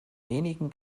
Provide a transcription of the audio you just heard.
wenigen